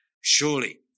surely